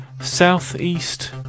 southeast